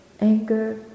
anger